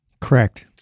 Correct